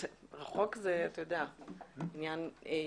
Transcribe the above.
אתה יודע שזה עניין יחסי.